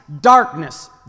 darkness